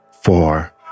four